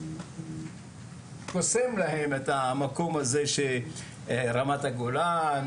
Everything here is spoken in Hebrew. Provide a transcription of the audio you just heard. קוסם להם המקום של רמת הגולן,